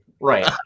Right